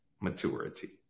maturity